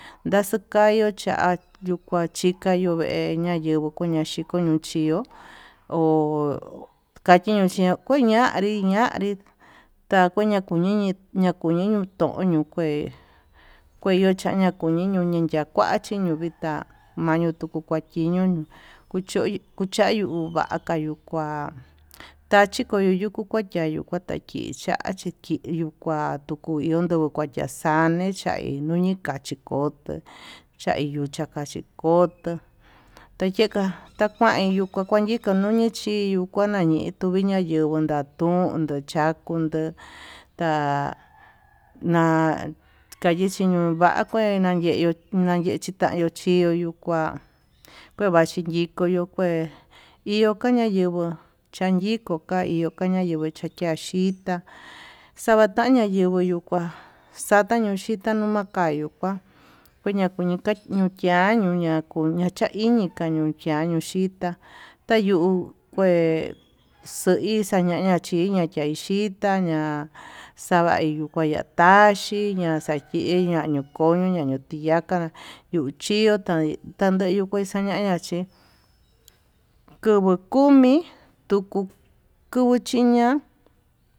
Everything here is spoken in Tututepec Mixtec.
Ndaxukuayu cha'a kuachika yuu vee ñayenguo ña xhiko ño'o xhió ho kachi ño'o xhio kuñanri ñanri takuña tuñiñi ñakuñi no'o toñukué, kue ñuu haña kuñiño ñuu ya'á kuachi ñuu vitá mañuu tuu kuachiñio choi kuchayio yuu kua kuchi koyo yuku kutayo kuatakichiá, kachinri kuatu kuionndo kuataxhañi xaí nuu ñika chikotó chayu chakaxhia chikoto tayika takain kua yika nuu, nuñi chi kuaña ituu hi ñayenguo ndatón tuu chakon nduu ta'a, ma'a kaye chinukua kén yeyuu naye xhitayu chí yuu kuan kenachinyinguo ke'e nukuan nayenguó iko ka'a nayenguo kachechio chan xhita xavataña yenguo yuu kuán xatañu xhitayu nunakeyu kuan, kueña kunukia nuu kuia ñuña'a ñakuñacha iñi kuu nuu chiayuu kita tayuu kué xoi xañaña chiña'a yuu xhita ña'a xavaí yukuaña taxhiña xakeña ñukoño na'a ñuu tiyaka yuu chio kuain tañeñu xa'a tañaña chi kovuu kumi tukuu kuvuu xhiña'a.